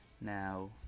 Now